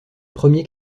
premiers